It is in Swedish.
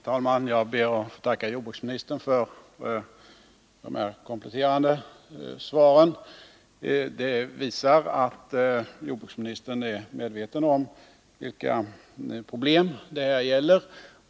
Herr talman! Jag ber att få tacka jordbruksministern för detta kompletterande svar. Det visar att jordbruksministern är medveten om vilka problem det här gäller.